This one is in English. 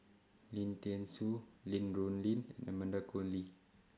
Lim Thean Soo Lin Rulin and Amanda Koe Lee